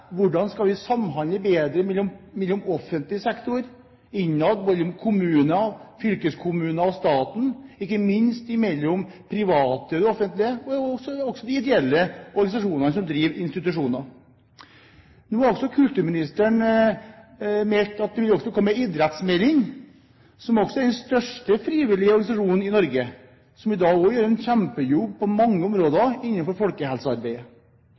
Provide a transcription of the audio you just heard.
og de private og ideelle organisasjonene som driver institusjoner. Nå har kulturministeren meldt at det også vil komme en idrettsmelding. Idretten er den største frivillige organisasjonen i Norge, og den gjør i dag en kjempejobb på mange områder innenfor folkehelsearbeidet.